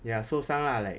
ya 受伤 lah like